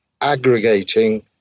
aggregating